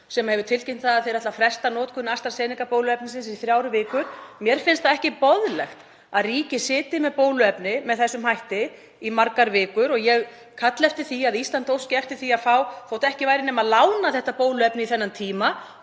sem hefur tilkynnt að ætluninn sé að fresta notkun AstraZeneca bóluefnisins í þrjár vikur. Mér finnst ekki boðlegt að ríkið liggi á bóluefni með þessum hætti í margar vikur. Ég kalla eftir því að Ísland óski eftir því að fá þótt ekki væri nema lánað þetta bóluefni í þennan tíma